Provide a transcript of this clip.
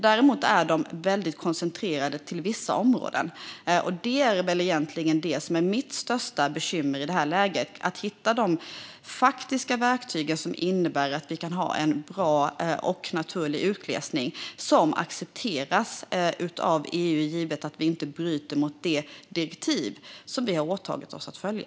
Däremot är de väldigt koncentrerade till vissa områden, och mitt största bekymmer i detta läge är egentligen att hitta de faktiska verktyg som innebär att vi kan ha en bra och naturlig utglesning som accepteras av EU, givet att vi inte bryter mot det direktiv som vi har åtagit oss att följa.